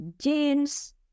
jeans